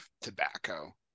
tobacco